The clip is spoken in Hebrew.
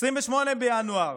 28 בינואר,